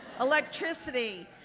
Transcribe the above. Electricity